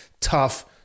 tough